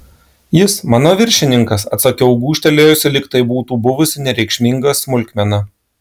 jis mano viršininkas atsakiau gūžtelėjusi lyg tai būtų buvusi nereikšminga smulkmena